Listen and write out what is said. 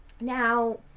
now